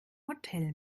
hotel